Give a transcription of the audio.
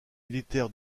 militaire